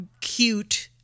cute